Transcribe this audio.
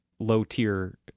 low-tier